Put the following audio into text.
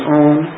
own